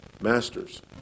masters